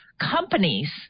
companies